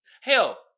Hell